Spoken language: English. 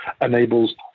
enables